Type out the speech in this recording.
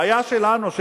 זה